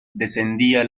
descendía